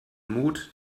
mut